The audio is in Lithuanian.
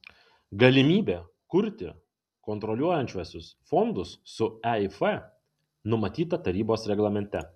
galimybė kurti kontroliuojančiuosius fondus su eif numatyta tarybos reglamente